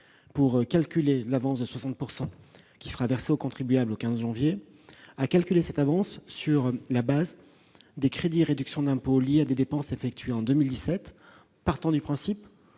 pour calculer l'avance de 60 % qui sera versée aux contribuables au 15 janvier prochain, à prendre en compte les crédits et réductions d'impôt liés à des dépenses effectuées en 2017, partant du principe